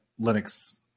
Linux